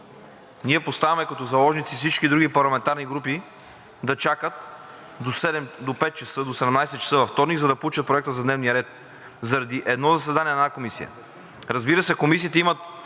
ние поставяме като заложници всички други парламентарни групи да чакат до 17,00 ч. във вторник, за да получат Проекта за дневен ред заради едно заседание на една комисия. Разбира се, комисиите имат